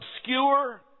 obscure